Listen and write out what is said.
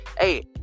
hey